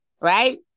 Right